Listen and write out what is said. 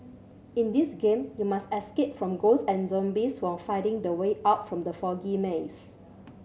in this game you must escape from ghosts and zombies while finding the way out from the foggy maze